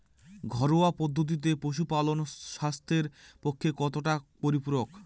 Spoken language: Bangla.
ঘরোয়া পদ্ধতিতে পশুপালন স্বাস্থ্যের পক্ষে কতটা পরিপূরক?